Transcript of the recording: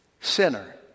sinner